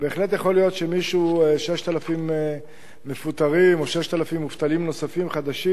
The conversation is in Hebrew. בהחלט יכול להיות ש-6,000 מפוטרים או 6,000 מובטלים חדשים